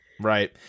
Right